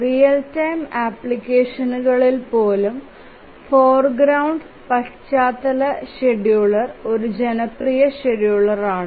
real time അപ്ലിക്കേഷനുകളിൽ പോലും foreground പശ്ചാത്തല ഷെഡ്യൂളർ ഒരു ജനപ്രിയ ഷെഡ്യൂളറാണ്